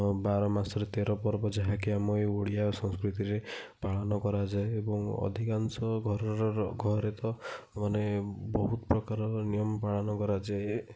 ବାର ମାସରେ ତେର ପର୍ବ ଯାହା କି ଆମେ ଏ ଓଡ଼ିଆ ସଂସ୍କୃତି ରେ ପାଳନ କରାଯାଏ ଏବଂ ଅଧିକାଂଶ ଘରର ଘରେ ତ ମାନେ ବହୁତ ପ୍ରକାରର ନିୟମ ପାଳନ କରାଯାଏ